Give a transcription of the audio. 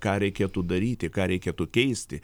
ką reikėtų daryti ką reikėtų keisti